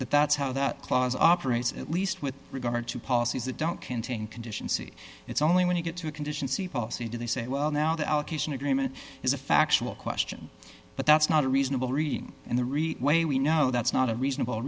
that that's how that clause operates at least with regard to policies that don't contain condition c it's only when you get to a condition c policy do they say well now the allocation agreement is a factual question but that's not a reasonable reading and the real way we know that's not a reasonable